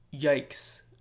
yikes